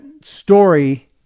story